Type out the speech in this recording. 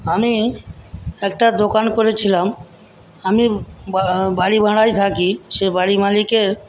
আমি একটা দোকান করেছিলাম আমি বাড়ি ভাড়ায় থাকি সে বাড়ির মালিকের